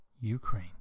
Ukraine